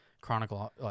Chronicle